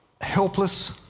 helpless